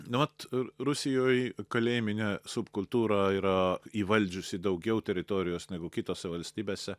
nu vat rusijoje kaleiminė subkultūra yra įvaldžiusi daugiau teritorijos negu kitose valstybėse